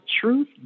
truth